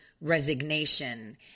resignation